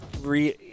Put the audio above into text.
re